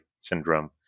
Syndrome